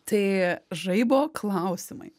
tai žaibo klausimai